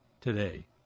today